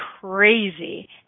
crazy